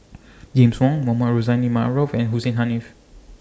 James Wong Mohamed Rozani Maarof and Hussein Haniff